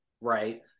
right